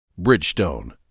Bridgestone